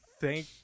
Thank